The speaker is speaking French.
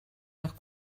leur